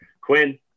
Quinn